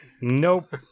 Nope